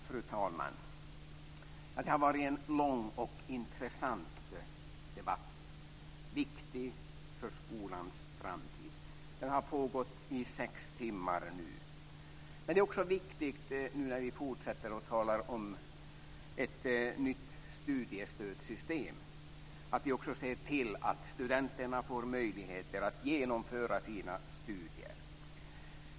Fru talman! Det har varit en lång och intressant debatt, viktig för skolans framtid. Den har pågått i sex timmar nu. Det är också viktigt, när vi nu fortsätter med att tala om ett nytt studiestödssystem, att vi ser till att studenterna får möjligheter att genomföra sina studier.